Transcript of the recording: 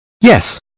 Yes